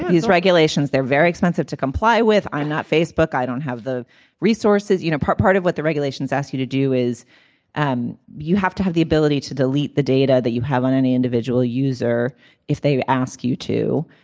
these regulations they're very expensive to comply with. i'm not facebook. i don't have the resources you know part part of what the regulations ask you to do is and you have to have the ability to delete the data that you have on any individual user if they ask you to.